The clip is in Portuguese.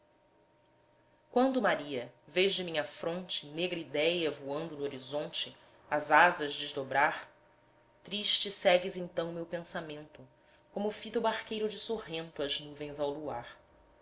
quando maria vês de minha fronte negra idéia voando no horizonte as asas desdobrar triste segues então meu pensamento como fita o barqueiro de sorrento as nuvens ao luar